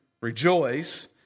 rejoice